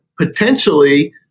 Potentially